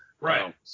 Right